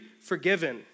Forgiven